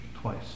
twice